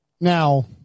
Now